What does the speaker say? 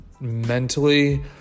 mentally